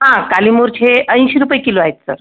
हां काली मूरछे ऐंशी रुपये किलो आहेत सर